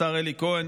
השר אלי כהן,